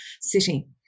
city